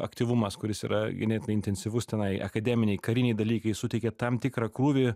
aktyvumas kuris yra ganėtinai intensyvus tenai akademiniai kariniai dalykai suteikia tam tikrą krūvį